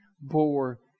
bore